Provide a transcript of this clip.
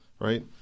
right